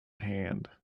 hand